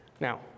Now